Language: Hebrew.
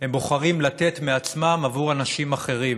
הם בוחרים לתת מעצמם עבור אנשים אחרים,